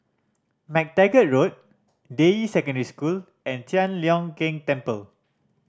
Mac Taggart Road Deyi Secondary School and Tian Leong Keng Temple